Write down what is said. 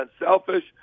unselfish